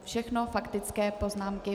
Všechno faktické poznámky.